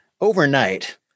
overnight